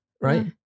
Right